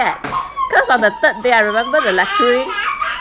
cause on the third day I remember the lecturer